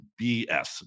bs